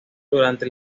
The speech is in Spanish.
durante